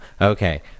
Okay